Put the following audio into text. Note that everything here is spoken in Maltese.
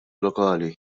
lokali